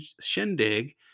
Shindig